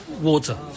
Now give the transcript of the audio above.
water